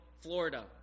Florida